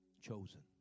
chosen